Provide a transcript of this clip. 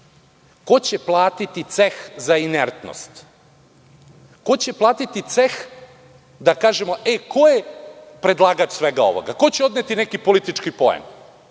Ko će platiti ceh za inertnost? Ko će platiti ceh da kažemo – e, ko je predlagač svega ovoga, ko će odneti neki politički